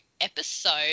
episode